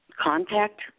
contact